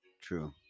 True